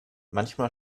manchmal